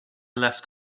left